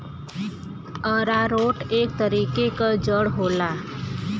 आरारोट एक तरीके क जड़ होला